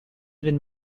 been